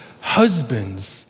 husbands